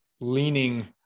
leaning